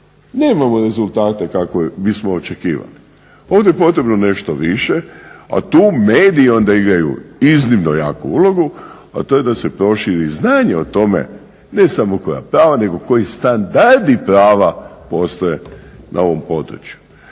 nemamo rezultate kakve bismo očekivali. Ovdje je potrebno nešto više, a tu mediji onda igraju iznimno jaku ulogu, a to je da se proširi i znanje o tome ne samo koja prava, nego koji standardi prava postoje na ovom području.